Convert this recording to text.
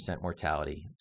mortality